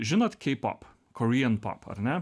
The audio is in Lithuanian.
žinot kpop korean pop ar ne